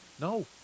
No